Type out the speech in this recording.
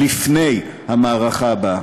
לפני המערכה הבאה.